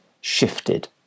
shifted